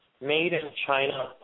made-in-China